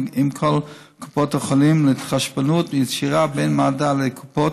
עם כל קופות החולים להתחשבנות ישירה בין מד"א לקופות,